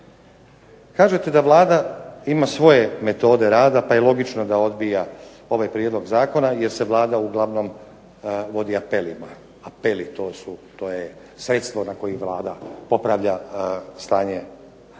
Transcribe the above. Kažete da Vlada ima svoje metode rada pa je logično da odbija ovaj prijedlog zakona jer se Vlada uglavnom vodi apeli. Apeli to je sredstvo na koji Vlada popravlja stanje radnika,